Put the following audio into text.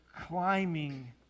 climbing